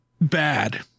bad